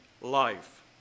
life